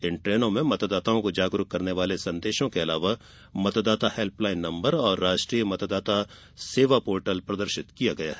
इन ट्रेनों में मतदाताओं को जागरूक करने वाले संदेशों के अलावा मतदाता हेल्पलाइन नम्बर और राष्ट्रीय मतदाता सेवा पोर्टल प्रदर्शित किया गया है